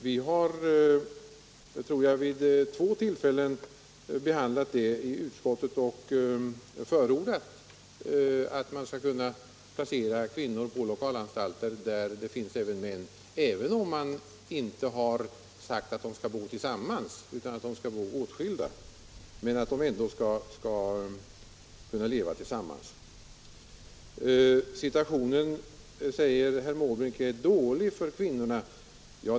Vi har vid två tillfällen behandlat detta i utskottet och förordat att placera kvinnor på lokalanstalter med män, även om man inte har sagt att de skall bo tillsammans, utan åtskilda. Herr Måbrink säger att situationen är dålig för de kvinnliga fångarna.